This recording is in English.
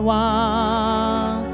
one